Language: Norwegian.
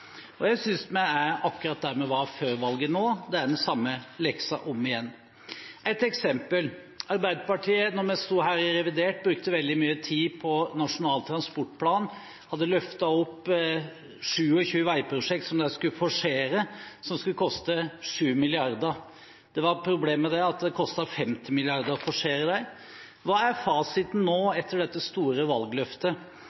politikk. Jeg synes vi nå er akkurat der vi var før valget. Det er den samme leksa om igjen. Et eksempel: Da vi var her i forbindelse med revidert, brukte Arbeiderpartiet veldig mye tid på Nasjonal transportplan. De hadde løftet fram 27 veiprosjekt som de skulle forsere, som skulle koste 7 mrd. kr. Det var et problem med det, for det kostet 50 mrd. kr å forsere dem. Hva er fasiten nå,